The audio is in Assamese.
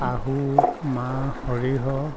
আহু মাহ সৰিয়হ